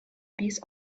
piece